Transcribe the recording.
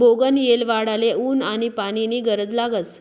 बोगनयेल वाढाले ऊन आनी पानी नी गरज लागस